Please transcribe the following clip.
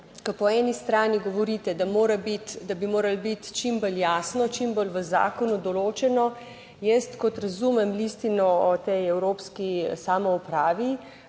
ko po eni strani govorite, da mora biti, da bi moralo biti čim bolj jasno, čim bolj v zakonu določeno, jaz kot razumem listino o tej evropski samoupravi,